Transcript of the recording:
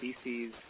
species